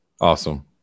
Awesome